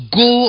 go